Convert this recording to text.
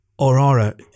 Aurora